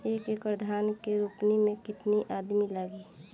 एक एकड़ धान के रोपनी मै कितनी आदमी लगीह?